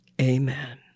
Amen